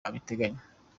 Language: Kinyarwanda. abiteganya